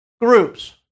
groups